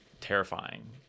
terrifying